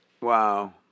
Wow